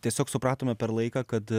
tiesiog supratome per laiką kad